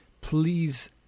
Please